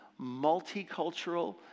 multicultural